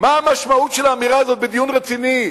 מה המשמעות של האמירה הזאת בדיון רציני,